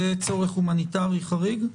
זה צורך הומניטרי חריג?